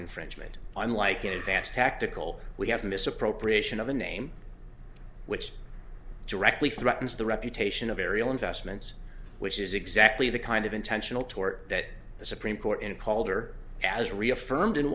infringement unlike in advance tactical we have misappropriation of a name which directly threatens the reputation of ariel investments which is exactly the kind of intentional torte that the supreme court in polgar has reaffirm